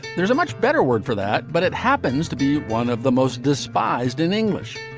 there's a much better word for that. but it happens to be one of the most despised in english.